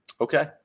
okay